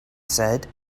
said